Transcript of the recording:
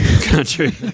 Country